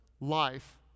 life